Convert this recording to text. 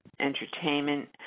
entertainment